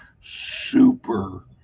super